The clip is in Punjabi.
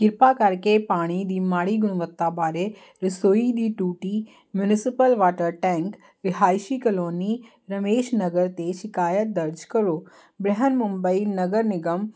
ਕਿਰਪਾ ਕਰਕੇ ਪਾਣੀ ਦੀ ਮਾੜੀ ਗੁਣਵੱਤਾ ਬਾਰੇ ਰਸੋਈ ਦੀ ਟੂਟੀ ਮਿਊਂਸਪਲ ਵਾਟਰ ਟੈਂਕ ਰਿਹਾਇਸ਼ੀ ਕਲੋਨੀ ਰਮੇਸ਼ ਨਗਰ 'ਤੇ ਸ਼ਿਕਾਇਤ ਦਰਜ ਕਰੋ ਬ੍ਰਿਹਨਮੁੰਬਈ ਨਗਰ ਨਿਗਮ